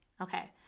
Okay